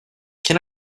can